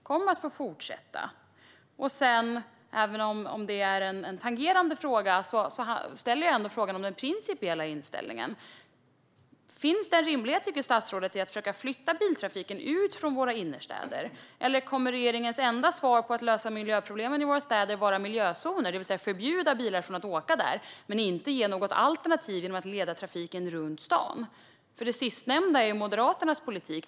Sedan ska jag fråga om den principiella inställningen, även om det är en tangerande fråga: Tycker statsrådet att det finns en rimlighet i att försöka flytta ut biltrafiken från våra innerstäder? Eller kommer regeringens enda svar i fråga om att lösa miljöproblemen i våra städer att vara miljözoner, det vill säga att man ska förbjuda bilar att åka där men inte ge något alternativ genom att leda trafiken runt stan? Det sistnämnda är Moderaternas politik.